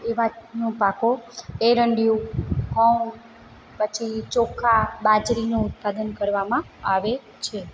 એવા નો પાકો એરંડિયું ઘઉં પછી ચોખા બાજરીનું ઉત્પાદન કરવામાં આવે છે